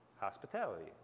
hospitality